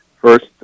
First